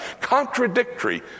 contradictory